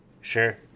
Sure